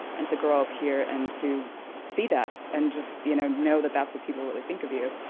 and to grow up here and to see that and just, you know, know that that's what people really think of you.